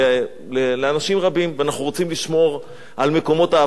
ואנחנו רוצים לשמור על מקומות העבודה של כמה שיותר אנשים.